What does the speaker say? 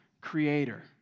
creator